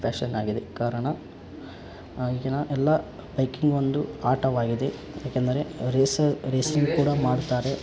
passion ಆಗಿದೆ ಕಾರಣ ಈಗಿನ ಎಲ್ಲ ಬೈಕಿಂಗ್ ಒಂದು ಆಟವಾಗಿದೆ ಏಕೆಂದರೆ ರೇಸರ್ ರೇಸಿಂಗ್ ಕೂಡ ಮಾಡ್ತಾರೆ